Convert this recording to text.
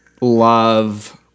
love